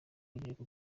urubyiruko